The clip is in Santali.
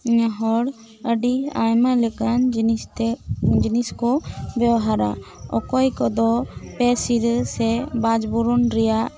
ᱦᱚᱲ ᱟᱹᱰᱤ ᱟᱭᱢᱟ ᱞᱮᱠᱟᱱ ᱡᱤᱱᱤᱥ ᱛᱮ ᱡᱤᱱᱤᱥ ᱠᱚ ᱵᱮᱣᱦᱟᱨᱟ ᱚᱠᱚᱭ ᱠᱚᱫᱚ ᱯᱮ ᱥᱤᱨᱟᱹ ᱥᱮ ᱵᱟᱪᱠᱚᱢ ᱨᱮᱭᱟᱜ